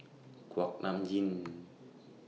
Kuak Nam Jin